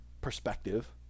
perspective